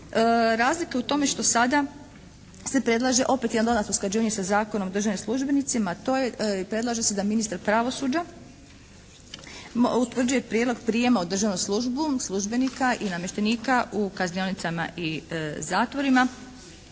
Razlika je u tome što sada se predlaže opet jedno dodatno usklađivanje sa Zakonom o državnim službenicima a to je da predlaže se da ministar pravosuđa utvrđuje prijedlog prijema u državnu službu službenika i namještenika u kaznionicama i zatvorima